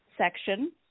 section